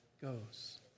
goes